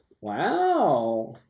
Wow